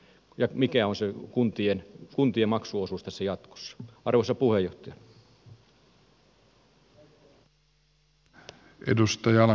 ja mikä on se kuntien maksuosuus tässä jatkossa arvoisa puheenjohtaja